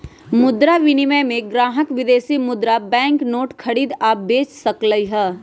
मुद्रा विनिमय में ग्राहक विदेशी मुद्रा बैंक नोट खरीद आ बेच सकलई ह